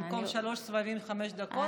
במקום שלושה סבבים של חמש דקות,